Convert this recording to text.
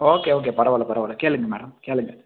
okay okay பரவாயில்ல பரவாயில்ல கேளுங்கள் மேடம் கேளுங்கள்